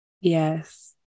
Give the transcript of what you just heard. Yes